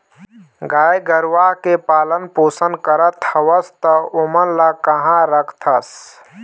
गाय गरुवा के पालन पोसन करत हवस त ओमन ल काँहा रखथस?